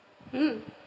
mm